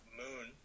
moon